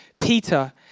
Peter